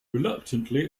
reluctantly